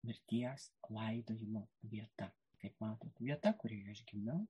mirties laidojimo vieta kaip matot vieta kurioje aš gimiau